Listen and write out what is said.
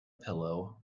pillow